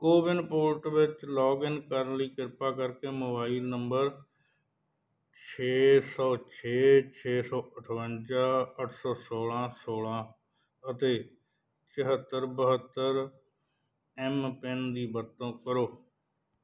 CoWIN portal ਵਿੱਚ login ਕਰਨ ਲਈ ਕਿਰਪਾ ਕਰਕੇ ਮੋਬਾਈਲ ਨੰਬਰ ਛੇ ਸੌ ਛੇ ਛੇ ਸੌ ਅਠਵੰਜਾ ਅੱਠ ਸੌ ਸੋਲ੍ਹਾਂ ਸੋਲ੍ਹਾਂ ਅਤੇ ਚੁਹੱਤਰ ਬਹੱਤਰ ਐਮਪੈੱਨ ਦੀ ਵਰਤੋਂ ਕਰੋ